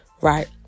Right